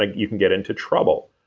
like you can get into trouble.